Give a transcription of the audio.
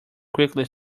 quickly